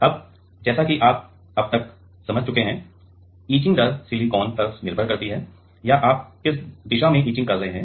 अब जैसा कि आप अब तक समझ चुके हैं इचिंग दर सिलिकॉन पर निर्भर करती है समय देखें 0111 या आप किस दिशा में इचिंग कर रहे हैं